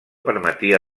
permetia